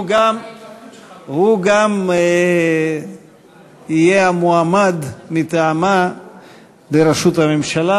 הוא גם יהיה המועמד מטעמה לראשות הממשלה